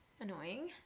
annoying